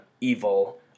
evil